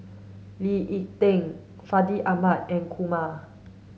Lee Ek Tieng Fandi Ahmad and Kumar